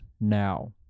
now